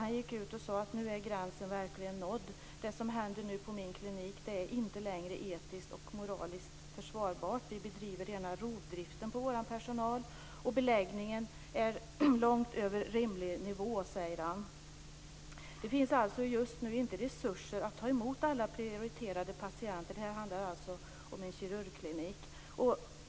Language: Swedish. Han sade att gränsen verkligen är nådd. Det som nu händer på hans klinik är inte längre etiskt och moraliskt försvarbart. Vi bedriver rovdrift på vår personal, och beläggningen ligger långt över rimlig nivå, sade han. Det finns alltså just nu inte resurser att ta emot alla prioriterade patienter - det här handlar om en kirurgklinik.